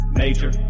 major